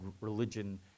religion